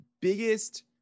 biggest